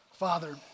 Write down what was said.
Father